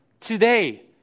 Today